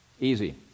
Easy